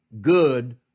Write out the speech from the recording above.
good